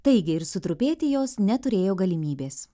taigi ir sutrupėti jos neturėjo galimybės